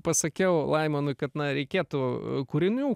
pasakiau laimonui kad na reikėtų kūrinių